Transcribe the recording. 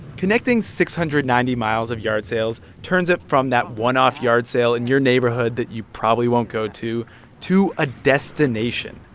connecting six hundred and ninety miles of yard sales turns it from that one-off yard sale in your neighborhood that you probably won't go to to a destination,